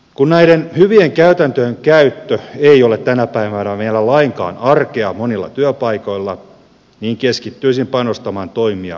kun näiden hyvien käytäntöjen käyttö ei ole tänä päivänä vielä lainkaan arkea monilla työpaikoilla niin keskittyisin panostamaan toimia juuri sinne